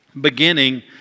beginning